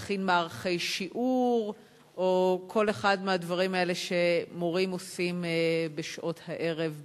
להכין מערכי שיעור וכל אחד מהדברים האלה שמורים עושים בשעות הערב בביתם?